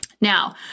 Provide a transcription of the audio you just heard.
Now